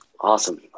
Awesome